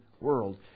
world